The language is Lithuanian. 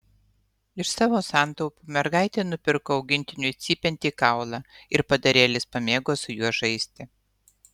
iš savo santaupų mergaitė nupirko augintiniui cypiantį kaulą ir padarėlis pamėgo su juo žaisti